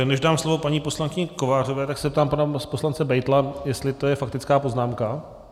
Než dám slovo paní poslankyni Kovářové, tak se ptám pana poslance Beitla, jestli to je faktická poznámka.